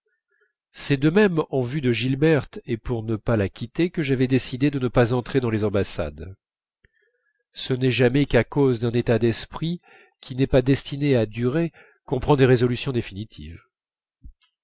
c'est de même en vue de gilberte et pour ne pas la quitter que j'avais décidé de ne pas entrer dans les ambassades ce n'est jamais qu'à cause d'un état d'esprit qui n'est pas destiné à durer qu'on prend des résolutions définitives